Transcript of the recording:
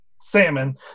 salmon